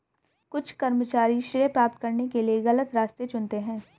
कुछ कर्मचारी श्रेय प्राप्त करने के लिए गलत रास्ते चुनते हैं